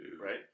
right